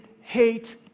hate